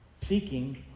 seeking